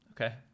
okay